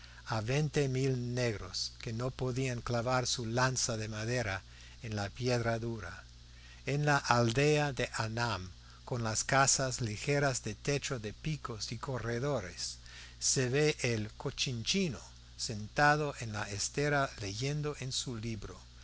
a veinte mil negros que no podían clavar su lanza de madera en la piedra dura en la aldea de anam con las casas ligeras de techo de picos y corredores se ve al cochinchino sentado en la estera leyendo en su libro